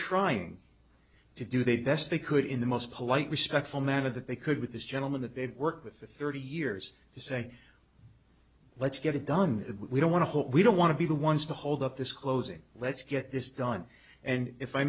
trying to do they best they could in the most polite respectful manner that they could with this gentleman that they'd worked with thirty years to say let's get it done we don't want to hope we don't want to be the ones to hold up this closing let's get this done and if i